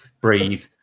breathe